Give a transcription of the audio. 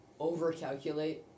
overcalculate